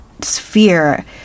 sphere